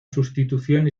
sustitución